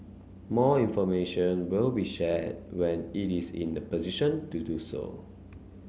more information will be shared when it is in a position to do so